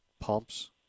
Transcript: pumps